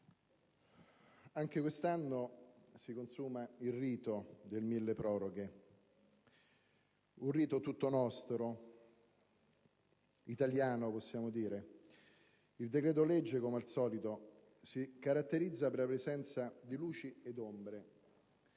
anche quest'anno si consuma il rito del milleproroghe; un rito tutto nostro, italiano possiamo dire. Il decreto-legge, come al solito, si caratterizza per la presenza di luci e ombre.